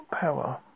power